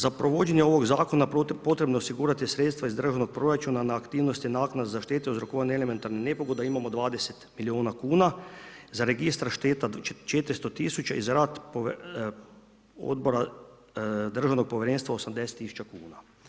Za provođenje ovog zakona potrebno je osigurati sredstva iz državnog proračuna na aktivnosti naknade za štetu uzrokovane elementarnim nepogodama, imamo 20 milijuna kuna, za Registar šteta 400 000 i za rad Odbora državnog povjerenstva 80 000 kuna.